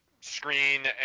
screen